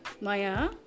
Maya